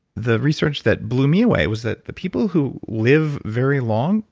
the research that blew me away was that the people who live very long,